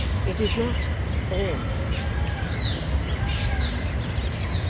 it is not all men said edward, after a moment's hesitation,